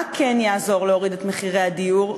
מה כן יעזור להוריד את מחירי הדיור,